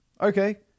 Okay